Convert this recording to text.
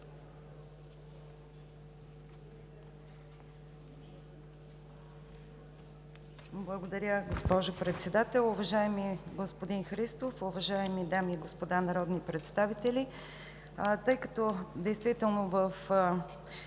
Благодаря, госпожо Председател. Уважаеми господин Христов, уважаеми дами и господа народни представители! Понеже действително в